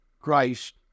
Christ